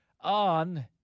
on